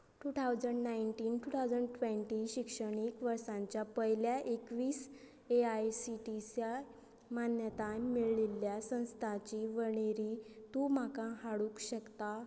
two thousand nineteen two thousand twenty शिक्षणीक वर्सांच्या पयल्या एकवीस A I C T E च्या मान्यताय मेळिल्ल्या संस्थाची वळेरी तूं म्हाका हाडूंक शकता